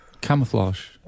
camouflage